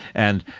and